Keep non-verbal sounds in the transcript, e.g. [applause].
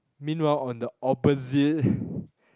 meanwhile on the opposite [breath]